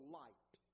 light